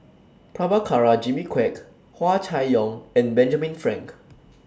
Prabhakara Jimmy Quek Hua Chai Yong and Benjamin Frank